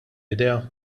idea